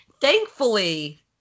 thankfully